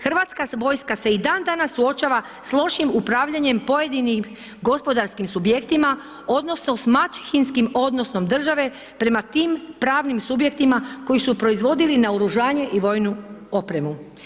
Hrvatska vojska se i dan danas suočava s lošim upravljanjem pojedinih gospodarskim subjektima odnosno s maćehinskim odnosom države prema tim pravnim subjektima koji su proizvodili naoružanje i vojnu opremu.